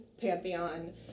pantheon